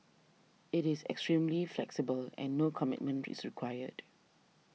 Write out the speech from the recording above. it is extremely flexible and no commitment is required